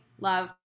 love